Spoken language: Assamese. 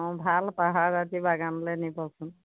অঁ ভাল পাহাৰৰ দাঁতি বাগানলৈ নিবচোন